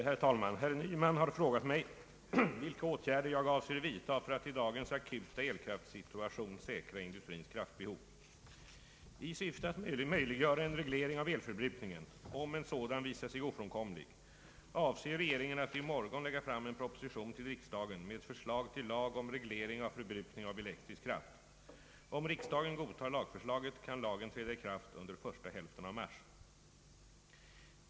Herr talman! Herr Nyman har frågat mig vilka åtgärder jag avser vidta för att i dagens akuta elkraftsituation säkra industrins kraftbehov. I syfte att möjliggöra en reglering av elförbrukningen — om en sådan visar sig ofrånkomlig — avser regeringen att i morgon lägga fram en proposition till riksdagen med förslag till lag om reglering av förbrukning av elektrisk kraft. Om riksdagen godtar lagförslaget kan lagen träda i kraft under första hälften av mars.